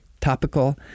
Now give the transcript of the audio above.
topical